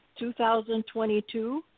2022